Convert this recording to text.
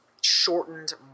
shortened